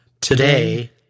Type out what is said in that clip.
Today